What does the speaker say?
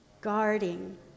guarding